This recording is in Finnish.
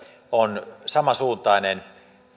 on samansuuntainen